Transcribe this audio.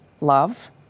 Love